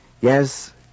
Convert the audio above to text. Yes